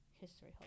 history